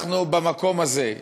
במקום הזה,